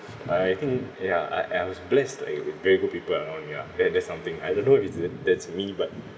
uh I think ya I I was blessed like very good people around me ah that that's something I don't know if it's that's me but